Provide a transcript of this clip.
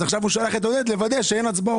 אז הוא עכשיו הוא שלח את עודד כדי לוודא שאין הצבעות.